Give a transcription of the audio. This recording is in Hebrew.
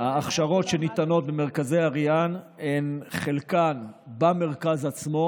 ההכשרות שניתנות במרכזי ריאן הן חלקן במרכז עצמו,